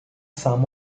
some